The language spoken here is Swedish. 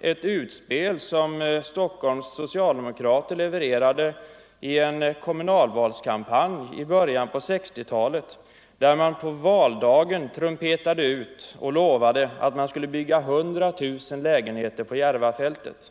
ett utspel som Stockholms socialdemokrater gjorde i en kommunal valkampanj i början av 1960-talet då man på valdagen lovade att man skulle bygga för 100 000 människor på Järvafältet.